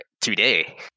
today